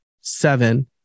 seven